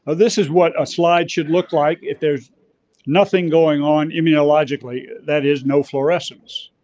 this is what a slide should look like if there's nothing going on immunologically that is no fluorescence.